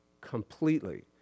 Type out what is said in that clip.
Completely